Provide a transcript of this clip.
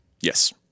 Yes